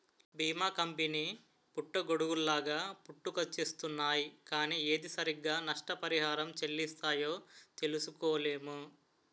బీమా కంపెనీ పుట్టగొడుగుల్లాగా పుట్టుకొచ్చేస్తున్నాయ్ కానీ ఏది సరిగ్గా నష్టపరిహారం చెల్లిస్తాయో తెలుసుకోలేము